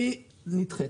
היא נדחית.